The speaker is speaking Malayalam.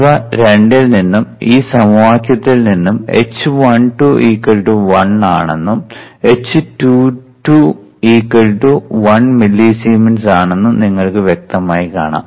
ഇവ രണ്ടിൽ നിന്നും ഈ സമവാക്യത്തിൽ നിന്ന് h12 1 ആണെന്നും h22 1 മില്ലിസീമെൻസ് ആണെന്നും നിങ്ങൾക്ക് വ്യക്തമായി കാണാം